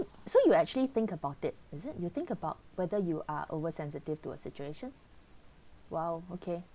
so you actually think about it is it you think about whether you are oversensitive to a situation !wow! okay